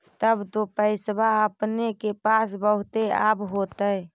तब तो पैसबा अपने के पास बहुते आब होतय?